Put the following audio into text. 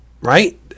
right